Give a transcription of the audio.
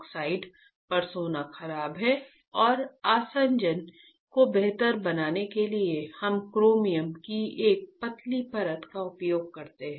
oxide पर सोना खराब है और आसंजन को बेहतर बनाने के लिए हम क्रोमियम की एक पतली परत का उपयोग करते हैं